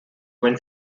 when